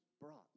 brought